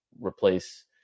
replace